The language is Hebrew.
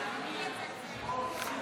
אדוני היושב-ראש,